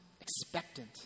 expectant